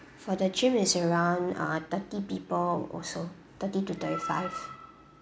for the gym it's around uh thirty people also thirty to thirty five